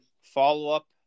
follow-up